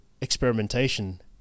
experimentation